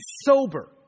sober